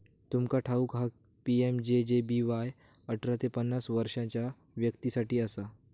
तुमका ठाऊक हा पी.एम.जे.जे.बी.वाय अठरा ते पन्नास वर्षाच्या व्यक्तीं साठी असा